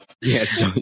Yes